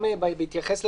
גם בהתייחס לדברים,